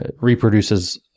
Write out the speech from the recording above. reproduces